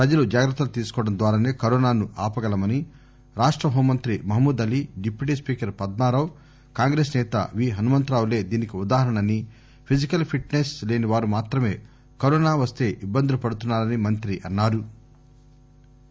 ప్రజలు జాగ్రత్తలు తీసుకోవటం ద్వారానే కరోనాను ఆపగలమని హోంమంత్రి మహమూద్ అలీ డిప్యూటీ స్పీకర్ పద్కారావు కాంగ్రెస్ నేత వీ హనుమంతరావులే దీనికి ఉదాహరణ అని ఫిజికల్ ఫిట్ సెస్ లేని వారు మాత్రమే కరోనా వస్తే ఇబ్బందులు పడ్తున్నా రని మంత్రి చెప్పారు